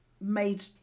made